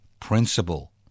principle